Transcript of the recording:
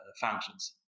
functions